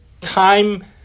time